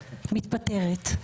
מתפטרת.